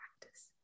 practice